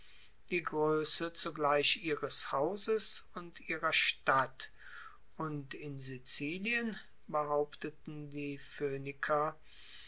die groesse zugleich ihres hauses und ihrer stadt und in sizilien behaupteten die